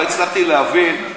לא הצלחתי להבין,